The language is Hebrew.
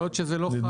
יכול להיות שזה לא חל,